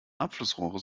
abflussrohre